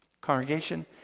Congregation